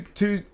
two